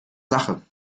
sache